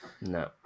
no